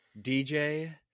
dj